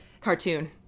cartoon